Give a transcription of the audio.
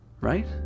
right